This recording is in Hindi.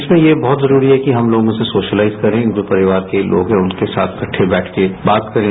इसमें यह बहुत जरूरी है कि हमलोग इसे सोशलाइज करें जो परिवार के लोग हैं उनके साथ इकट्ठ बैठकर बात करें